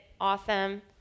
awesome